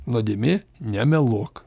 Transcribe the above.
nuodėmė nemeluok